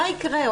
מה יקרה?